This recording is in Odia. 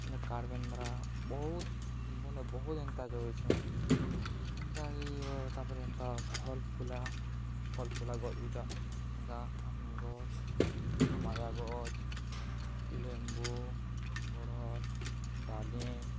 ଏ କାରବେନ୍ଦ୍ରା ବହୁତ ମାନେ ବହୁତ ଏନ୍ତା ଜଗେଇଛେ ହେନ୍ତା କି ତାପରେ ଏନ୍ତା ଫଲ୍ ଫୁଲା ଫଲ୍ ଫୁଲ୍ ଗୂଜା ହେନ୍ତା ଆମ୍ ଗଛ୍ ମାୟା ଗଛ୍ ଲେମ୍ବୁ ବଡ଼ଲ୍ ଡ଼ାଲିମ୍